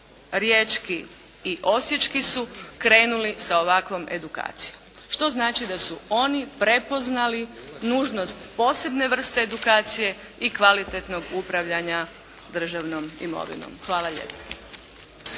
riječki i osječki su krenuli sa ovakvom edukacijom, što znači da su oni prepoznali nužnost posebne vrste edukacije i kvalitetnog upravljanja državnom imovinom. Hvala lijepo.